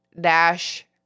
Dash